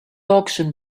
auction